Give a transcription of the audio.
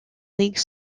league